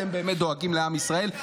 אתם באמת דואגים לעם ישראל,